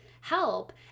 help